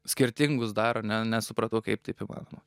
skirtingus daro ne nesupratau kaip taip įmanoma